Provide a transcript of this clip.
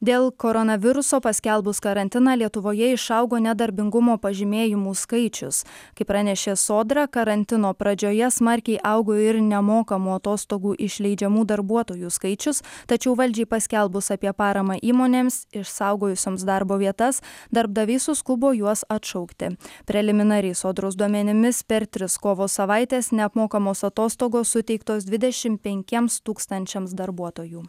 dėl koronaviruso paskelbus karantiną lietuvoje išaugo nedarbingumo pažymėjimų skaičius kaip pranešė sodra karantino pradžioje smarkiai augo ir nemokamų atostogų išleidžiamų darbuotojų skaičius tačiau valdžiai paskelbus apie paramą įmonėms išsaugojusioms darbo vietas darbdaviai suskubo juos atšaukti preliminariais sodros duomenimis per tris kovo savaites neapmokamos atostogos suteiktos dvidešimt penkiems tūkstančiams darbuotojų